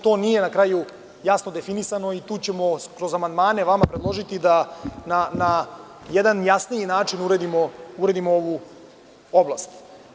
To nije jasno definisano i tu ćemo kroz amandmane vama predložiti da na jedan jasniji način uredimo ovu oblast.